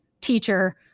teacher